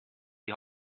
die